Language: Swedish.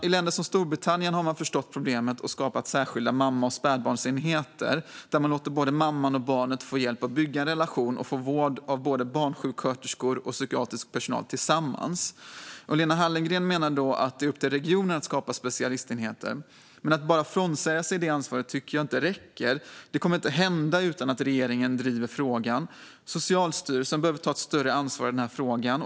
I länder som Storbritannien har man förstått problemet och skapat särskilda mamma och spädbarnsenheter, där man låter mamman och barnet få hjälp att bygga en relation och får vård av både barnsjuksköterskor och psykiatrisk personal tillsammans. Lena Hallengren menar att det är upp till regionerna att skapa specialistenheter. Men att bara frånsäga sig ansvaret tycker jag är ansvarslöst. Detta kommer inte att hända utan att regeringen driver frågan. Socialstyrelsen behöver ta ett större ansvar i den här frågan.